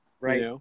Right